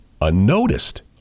unnoticed